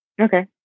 Okay